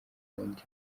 wundi